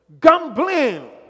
Gambling